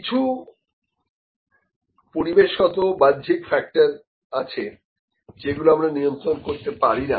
কিছু পরিবেশগত বাহ্যিক ফ্যাক্টর আছে যেগুলো আমরা নিয়ন্ত্রণ করতে পারিনা